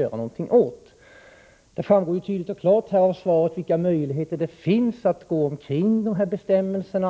göra något åt. Det framgår tydligt och klart av svaret vilka möjligheter som finns att kringgå de aktuella bestämmelserna. Bl.